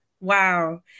Wow